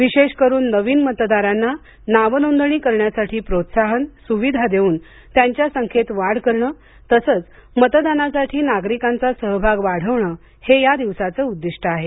विशेषकरून नवीन मतदारांना नावनोंदणी करण्यासाठी प्रोत्साहन सुविधा देऊन त्यांच्या संख्येत वाढ करण तसंच मतदानासाठी नागरिकांचा सहभाग वाढवणं हे या दिवसाचं उद्दिष्ट आहे